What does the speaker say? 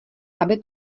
aby